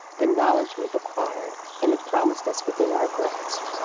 the knowledge we've acquired, and the promise that's within our grasp,